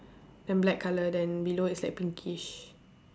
then black colour then below is like pinkish